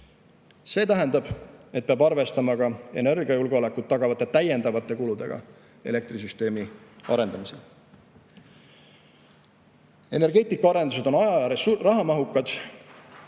See tähendab, et peab arvestama ka energiajulgeolekut tagavate täiendavate kuludega elektrisüsteemi arendamisel. Energeetikaarendused on aja‑ ja rahamahukad.